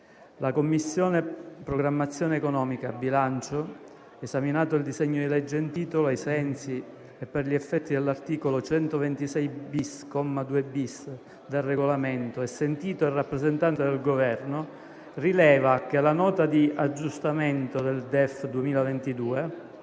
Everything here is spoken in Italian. Commissione programmazione economica, bilancio, esaminato il disegno di legge in titolo, ai sensi e per gli effetti dell'articolo 126-*bis*, comma 2-*bis*, del Regolamento, e sentito il rappresentante del Governo, rileva che la Nota di aggiornamento al DEF 2022,